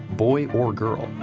boy or girl,